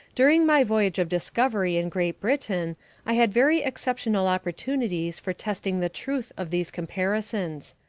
during my voyage of discovery in great britain i had very exceptional opportunities for testing the truth of these comparisons.